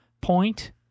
point